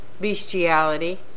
bestiality